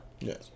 yes